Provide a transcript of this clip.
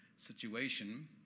situation